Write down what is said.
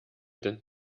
denn